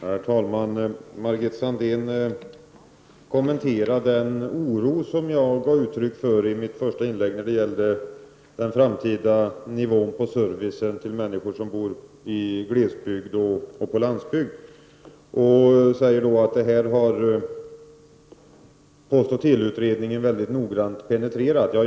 Herr talman! Margit Sandéhn kommenterade en oro som jag gav uttryck för i mitt första inlägg beträffande den framtida nivån på servicen till människor som bor i glesbygd och på landsbygd och säger att postoch teleutredningen mycket noggrant har penetrerat detta.